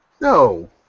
No